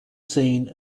scene